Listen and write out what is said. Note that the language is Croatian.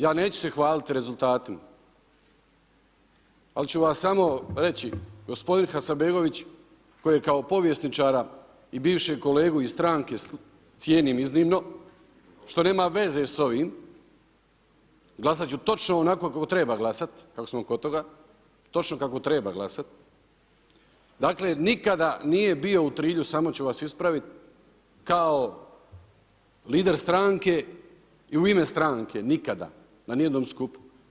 Ja neću se hvaliti rezultatima, ali ću vam samo reći, gospodin Hasanbegović koji je kao povjesničara i bivšeg kolegu iz stranke cijenim iznimno, što nema veze s ovim, glasat ću točno onako kako treba glasat, kada smo kod toga, točno kako treba glasati, dakle nikada nije bio u Trilju samo ću vas ispraviti kao lider stranke i u ime stranke nikada na nijednom skupu.